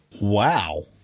Wow